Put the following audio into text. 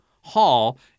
hall